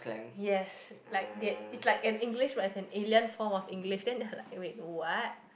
yes like that it's like an English as in alien form of English then they are like act of what